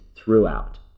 throughout